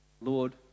Lord